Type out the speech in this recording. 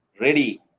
ready